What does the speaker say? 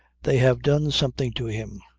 they have done something to him!